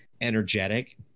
energetic